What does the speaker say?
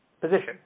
position